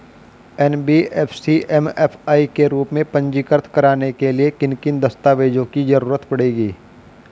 NBFC MFI के रूप में पंजीकृत कराने के लिए किन किन दस्तावेजों की जरूरत पड़ेगी?